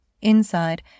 Inside